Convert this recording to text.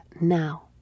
Now